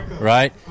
right